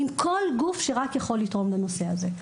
עם כל גוף שרק יכול לתרום לנושא הזה.